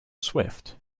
swift